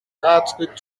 quatre